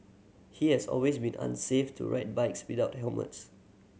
he has always been unsafe to ride bikes without helmets